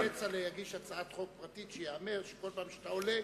שכצל'ה יגיש הצעת חוק פרטית ויאמר שכל פעם שאתה עולה,